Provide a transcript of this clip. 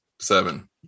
seven